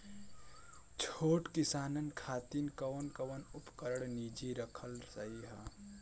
छोट किसानन खातिन कवन कवन उपकरण निजी रखल सही ह?